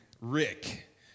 Rick